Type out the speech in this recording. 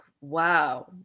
wow